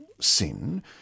sin